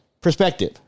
perspective